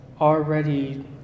already